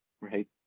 Right